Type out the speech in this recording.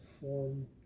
form